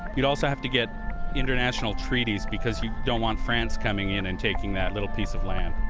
you'd also have to get international treaties because you don't want france coming in and taking that little piece of land.